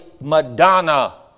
Madonna